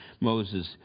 Moses